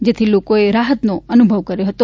જેથી લોકોએ રાહતનો અનુભવ કર્યો હતો